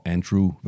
Andrew